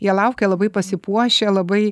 jie laukia labai pasipuošę labai